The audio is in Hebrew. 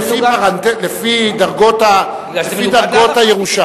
לפי דרגות הירושה.